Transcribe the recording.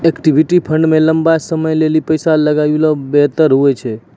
equity fund मे लंबा समय लेली पैसा लगौनाय बेहतर हुवै छै